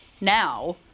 now